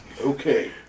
Okay